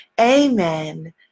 Amen